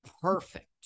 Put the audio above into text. perfect